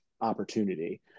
opportunity